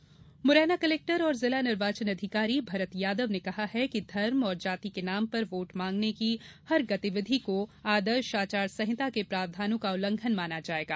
आचार संहिता मुरैना कलेक्टर और जिला निर्वाचन अधिकारी भरत यादव ने कहा है कि धर्म और जाति के नाम पर वोट मांगने की हर गतिविधि को आदर्श आचार संहिता के प्रावधानों का उल्लंघन माना जायेगा